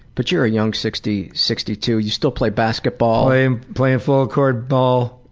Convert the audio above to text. but you're a young sixty sixty two, you still play basketball. and playing full-court ball,